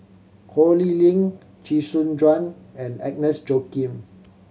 Ho Lee Ling Chee Soon Juan and Agnes Joaquim